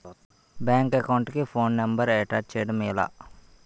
Bank account కి phone number attach చేయడం ఎలా?